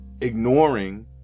ignoring